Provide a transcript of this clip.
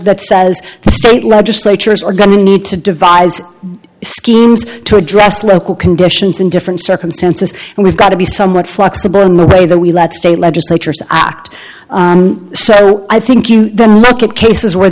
that says legislatures are going to need to devise schemes to address local conditions in different circumstances and we've got to be somewhat flexible in the way that we let state legislatures act so i think you then look at cases where